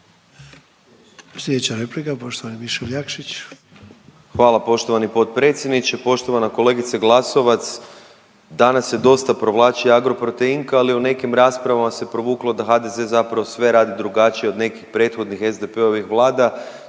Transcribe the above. Slijedeća replika poštovani Mišel Jakšić. **Jakšić, Mišel (SDP)** Hvala poštovani potpredsjedniče. Poštovana kolegice Glasovac, danas se dosta provlači Agroproteinka, ali u nekim raspravama se provuklo da HDZ zapravo sve radi drugačije od nekih prethodnih SDP-ovih vlada